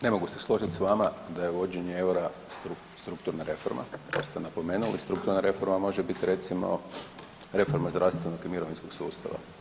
Ne mogu se složiti s vama da je uvođenje eura strukturna reforma, to ste napomenuli, strukturna reforma može biti recimo, reforma zdravstvenog i mirovinskog sustava.